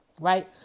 right